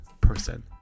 person